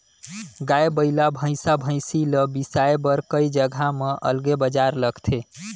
गाय, बइला, भइसा, भइसी ल बिसाए बर कइ जघा म अलगे बजार लगथे